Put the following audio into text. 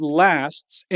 lasts